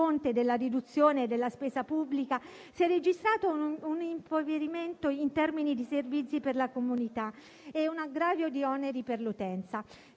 della riduzione della spesa pubblica, si sono registrati un impoverimento in termini di servizi per la comunità e un aggravio di oneri per l'utenza.